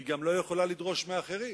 היא גם לא יכולה לדרוש מאחרים.